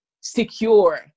secure